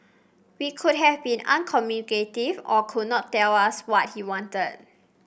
he could have been uncommunicative or could not tell us what he wanted